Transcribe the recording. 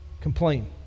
complain